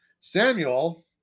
Samuel